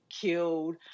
killed